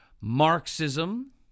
Marxism